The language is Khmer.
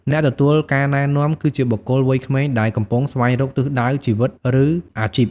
អ្នកទទួលការណែនាំ គឺជាបុគ្គលវ័យក្មេងដែលកំពុងស្វែងរកទិសដៅជីវិត ឬអាជីព។